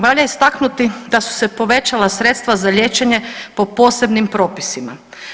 Valja istaknuti da su se povećala sredstva za liječenje po posebnim propisima.